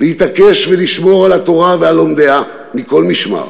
להתעקש ולשמור על התורה ועל לומדיה מכל משמר.